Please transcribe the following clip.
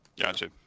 Gotcha